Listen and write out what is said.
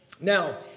Now